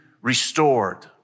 restored